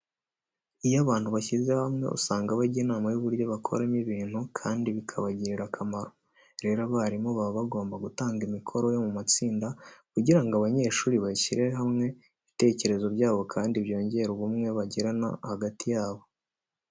Iyo abantu bashyize hamwe usanga bajya inama y'uburyo bakoramo ibintu, kandi bikabagirira akamaro. Rero, abarimu baba bagomba gutanga imikoro yo mu matsinda kugira ngo abanyeshuri bashyire hamwe ibitekerezo byabo kandi byongere n'ubumwe bagirana hagati yabo.